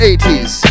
80s